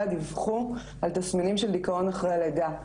דיווחו על תסמינים של דיכאון אחרי הלידה.